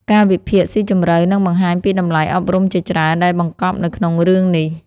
ការវិភាគស៊ីជម្រៅនឹងបង្ហាញពីតម្លៃអប់រំជាច្រើនដែលបង្កប់នៅក្នុងរឿងនេះ។